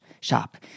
shop